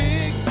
Big